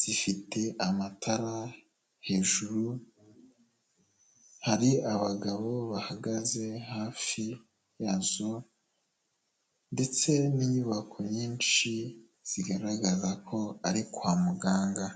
zifite amatara hejuru, hari abagabo bahagaze hafi yazo ndetse n'inyubako nyinshi zigaragaza ko ari kwa muganga.